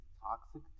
toxic